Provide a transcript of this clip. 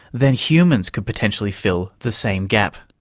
then humans could potentially fill the same gap.